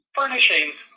furnishings